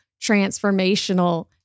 transformational